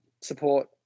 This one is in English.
support